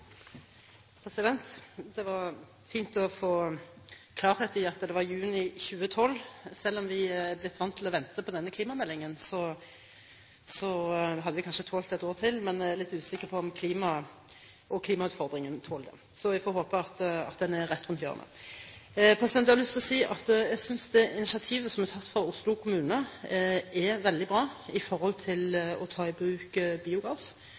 blitt vant til å vente på denne klimameldingen, hadde vi kanskje tålt et år til, men jeg er litt usikker på om klimaet og klimautfordringene tåler det. Så vi får håpe at den er rett rundt hjørnet. Jeg har lyst til å si at det initiativet som er tatt av Oslo kommune når det gjelder å ta i bruk biogass, er veldig bra. Fredrikstad har også blitt nevnt, og det er også andre deler av landet som arbeider med denne typen prosjekter. Men det er klart at skal vi få til økt bruk